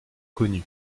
connue